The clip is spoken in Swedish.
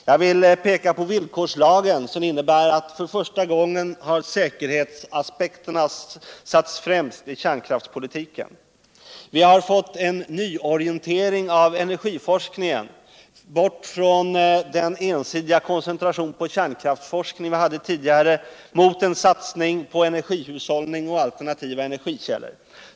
Jag vill peka på villkorslagen, som innebär att för första gången har säkerhetsaspekterna satts främst i kärnkraftspolitiken. Vi har fått en nyorientering av energiforskningen, bort från den ensidiga koncentration på kärnkraftsforskning som vi hade tidigare mot en satsning på cenergihushållning och alternativa energikällor.